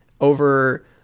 over